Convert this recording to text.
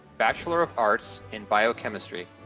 bachelor of arts in biochemistry.